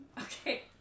Okay